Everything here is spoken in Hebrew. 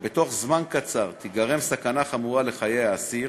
שבתוך זמן קצר תיגרם סכנה חמורה לחיי האסיר